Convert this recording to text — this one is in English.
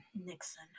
Nixon